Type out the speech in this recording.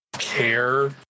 care